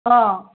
ꯑꯥ